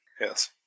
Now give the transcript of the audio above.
Yes